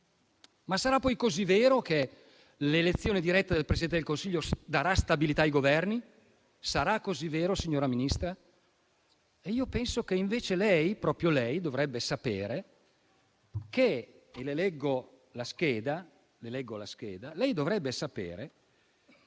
Sarà così vero che l'elezione diretta del Presidente del Consiglio darà stabilità ai Governi? Sarà così vero, signora Ministra? Penso che invece proprio lei dovrebbe sapere - e le leggo la scheda - che